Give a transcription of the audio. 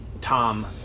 Tom